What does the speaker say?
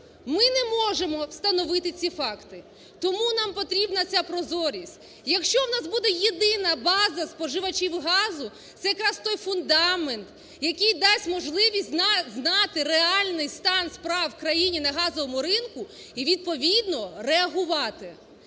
Ми не можемо встановити ці факти. Тому нам потрібна ця прозорість. Якщо у нас буде єдина база споживачів газу - це якраз той фундамент, який дасть можливість знати реальний стан справ в країні на газовому ринку і відповідно реагувати.